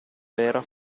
era